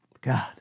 God